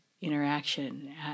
interaction